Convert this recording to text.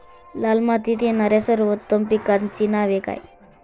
लाल मातीत येणाऱ्या सर्वोत्तम पिकांची नावे?